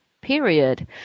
period